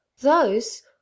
Those